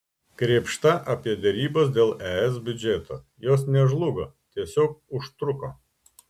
krėpšta apie derybas dėl es biudžeto jos nežlugo tiesiog užtruko